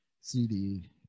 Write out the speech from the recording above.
CD